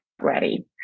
ready